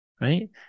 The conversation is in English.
Right